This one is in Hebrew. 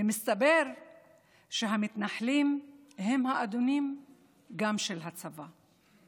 ומסתבר שהמתנחלים הם האדונים גם של הצבא,